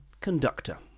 Conductor